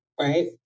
right